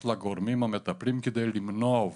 לגורמים המטפלים כדי למנוע אובדנות,